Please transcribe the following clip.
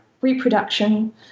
reproduction